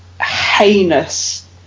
heinous